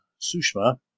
Sushma